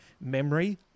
Memory